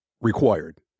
required